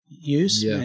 use